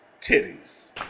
titties